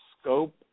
scope